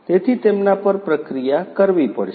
તેથી તેમના પર પ્રક્રિયા કરવી પડશે